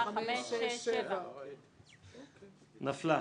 הרביזיה על סעיף 36 לא נתקבלה.